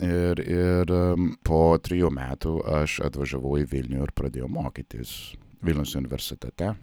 ir ir po trijų metų aš atvažiavau į vilnių ir pradėjau mokytis vilniaus universitete